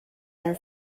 their